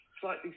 slightly